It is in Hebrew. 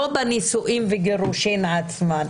לא בנישואים ובגירושים עצמם.